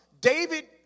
David